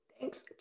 thanks